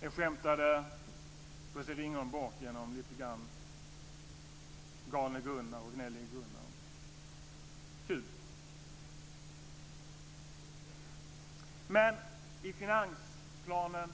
Detta skämtade Bosse Ringholm bort genom att tala om Galne Gunnar och Gnällige Gunnar. Kul! I finansplanen